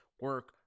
Work